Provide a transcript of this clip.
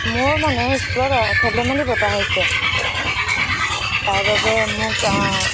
মোৰ মানে স্কুলত খেলে ধেমালি পতা হৈছে তাৰ বাবে মোক